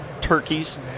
turkeys